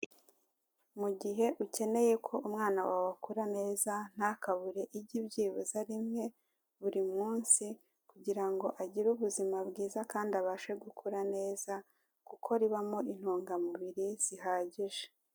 Mu gihe ukeneye ko umwana wawe akura neza ntakabure igi byibuze rimwe buri munsi kugira ngo agire ubuzima bwiza kandi abashe gukura neza kuko ribamo intungamubiri zihagije.